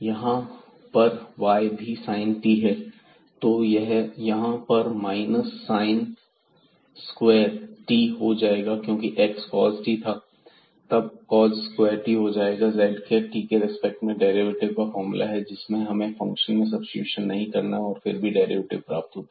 यहां पर y भी sin t है तो यहां पर माइनस sin स्क्वायर t हो जाएगा और क्योंकि x cos t था तो यहां पर cox स्क्वायर t हो जाएगा यह z के t के रिस्पेक्ट में डेरिवेटिव का फार्मूला है जिसमें हमें फंक्शन में सब्स्टिटूशन नहीं करना है और फिर भी डेरिवेटिव प्राप्त होता है